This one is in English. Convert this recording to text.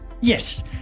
Yes